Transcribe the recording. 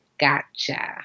gotcha